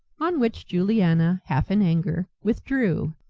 on which juliana, half in anger, withdrew,